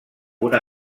una